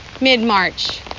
mid-March